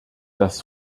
das